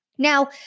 Now